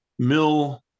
Mill